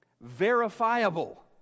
verifiable